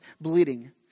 bleeding